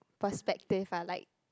perspective ah like